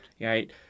right